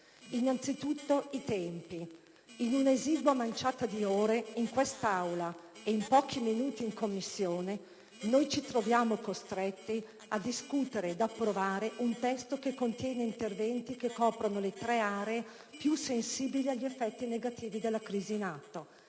Innanzitutto, i tempi. In una esigua manciata di ore in questa Aula - e in pochi minuti in Commissione - ci troviamo costretti a discutere ed approvare un testo che contiene interventi che coprono le tre aree più sensibili agli effetti negativi della crisi in atto: